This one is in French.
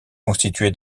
constituée